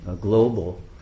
global